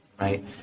right